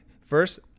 First